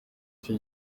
cyo